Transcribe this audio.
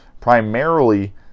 Primarily